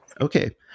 Okay